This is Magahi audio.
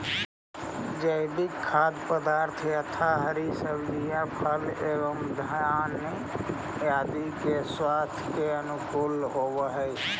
जैविक खाद्य पदार्थ यथा हरी सब्जियां फल एवं धान्य आदि स्वास्थ्य के अनुकूल होव हई